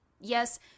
Yes